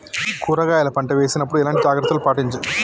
కూరగాయల పంట వేసినప్పుడు ఎలాంటి జాగ్రత్తలు పాటించాలి?